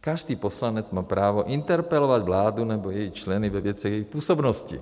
každý poslanec má právo interpelovat vládu nebo její členy ve věcech její působnosti.